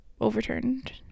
overturned